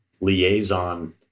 liaison